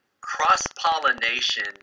cross-pollination